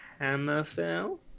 Hammerfell